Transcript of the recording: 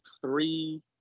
three